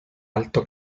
alto